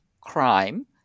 Crime